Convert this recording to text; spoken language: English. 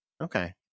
Okay